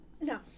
No